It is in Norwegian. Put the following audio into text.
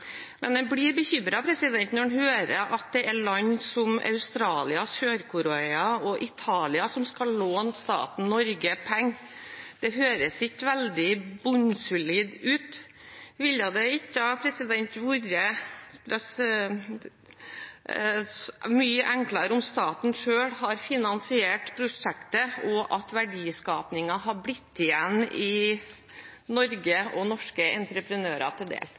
blir bekymret når en hører at det er land som Australia, Sør-Kora og Italia som skal låne staten Norge penger. Det høres ikke veldig bunnsolid ut. Ville det ikke ha vært mye enklere om staten selv hadde finansiert prosjektet, og om verdiskapingen hadde blitt igjen i Norge og blitt norske entreprenører til del?